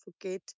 forget